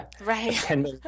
Right